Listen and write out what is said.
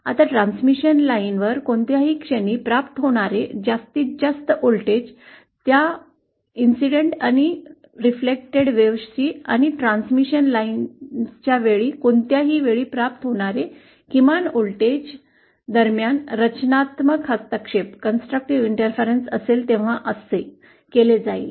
आता ट्रान्समिशन लाईनवर कोणत्याही क्षणी प्राप्त होणारे जास्तीत जास्त व्होल्टेज त्या घटना आणि प्रतिबिंबित लाटा आणि ट्रान्समिशन लाईनच्या वेळी कोणत्याही वेळी प्राप्त होणारे किमान व्होल्टेज दरम्यान रचनात्मक हस्तक्षेप असेल तेव्हा असे केले जाईल